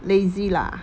lazy lah